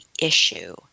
issue